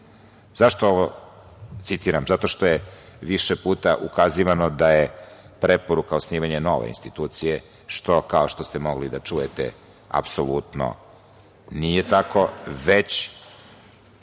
ovo citiram? Zato što je više puta ukazivano da je preporuka osnivanje nove institucije, što kao što ste mogli da čujete, nije tako, već